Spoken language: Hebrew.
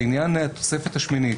לעניין התוספת השמינית.